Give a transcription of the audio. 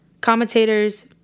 commentators